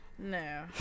no